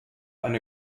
eine